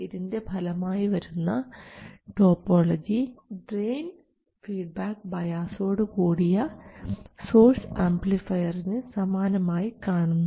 ഇതിൻറെ ഫലമായി വരുന്ന ടോപ്പോളജി ഡ്രയിൻ ഫീഡ്ബാക്ക് ബയാസോടു കൂടിയ സോഴ്സ് ആംപ്ലിഫയറിനു സമാനമായി കാണുന്നു